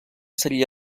seria